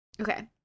Okay